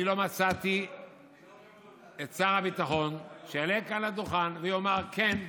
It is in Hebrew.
אני לא מצאתי את שר הביטחון שיעלה כאן לדוכן ויאמר: כן,